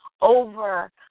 over